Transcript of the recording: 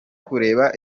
kureba